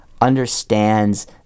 understands